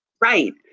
Right